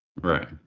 Right